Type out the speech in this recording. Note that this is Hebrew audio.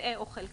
מטעה או חלקי,